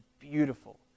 beautiful